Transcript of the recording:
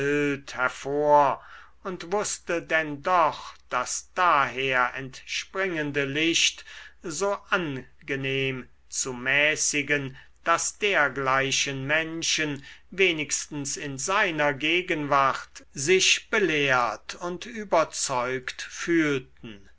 hervor und wußte denn doch das daher entspringende licht so angenehm zu mäßigen daß dergleichen menschen wenigstens in seiner gegenwart sich belehrt und überzeugt fühlten